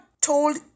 told